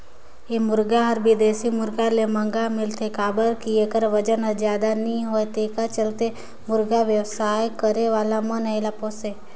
ए मुरगा हर बिदेशी मुरगा ले महंगा मिलथे काबर कि एखर बजन हर जादा नई होये तेखर चलते मुरगा बेवसाय करे वाला मन हर एला पोसे